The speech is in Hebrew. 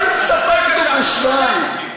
לא הסתפקנו בשניים,